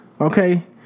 Okay